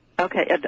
Okay